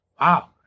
Wow